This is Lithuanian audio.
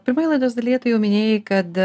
pirmoj laidos dalyje tu jau minėjai kad